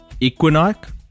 Equinox